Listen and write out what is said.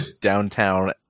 downtown